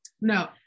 No